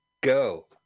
go